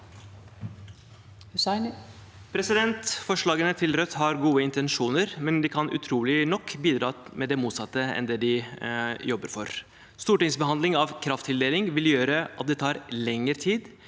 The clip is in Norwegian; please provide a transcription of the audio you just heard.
Forslagene til Rødt har gode intensjoner, men de kan, utrolig nok, bidra til det motsatte av det de jobber for. Stortingsbehandling av krafttildeling vil gjøre at det tar lengre tid.